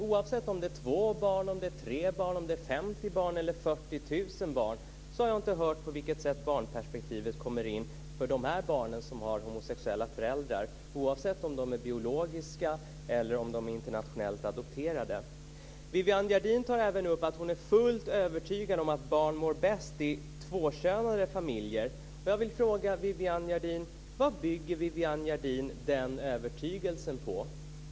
Oavsett som det är 2 barn, 3 barn, 50 eller 40 000 barn har vi inte hört på vilket sätt barnperspektivet kommer in i fråga om dessa barn som har homosexuella föräldrar och oavsett om de har en biologisk förälder eller är internationellt adopterade. Viviann Gerdin säger att hon är fullt övertygad om att barn mår bäst i tvåkönade familjer. Jag vill fråga: Vad bygger Viviann Gerdin den övertygelsen på?